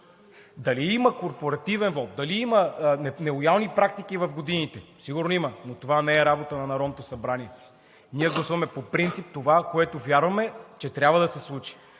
Дали има корпоративен вот, дали има нелоялни практики в годините – сигурно има, но това не е работа на Народното събрание. Ние гласуваме по принцип това, което вярваме, че трябва да се случи.